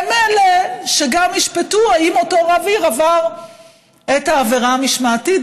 הם אלה שגם ישפטו האם אותו רב עיר עבר את העבירה המשמעתית,